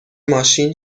ماشین